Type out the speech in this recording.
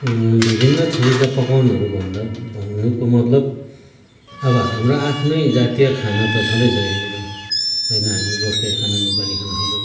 बिभिन्न थरिको पकवानहरू भन्न भन्नुको मतलब अब हाम्रो आफ्नै जातीय खाना त छँदैछ यहाँनिर होइन हामी गोर्खे खाना नेपाली खाना खान्छौँ